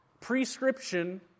Prescription